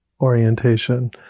orientation